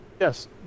Yes